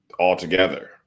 altogether